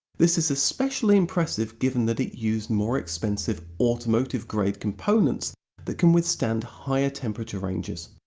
this is especially impressive given that it used more expensive automotive grade components that can withstand higher temperature ranges.